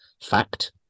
fact